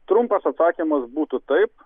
trumpas atsakymas būtų taip